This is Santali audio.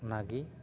ᱚᱱᱟᱜᱤ